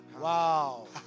Wow